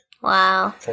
Wow